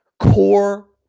Core